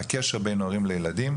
הקשר בין הורים לילדים.